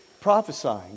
prophesying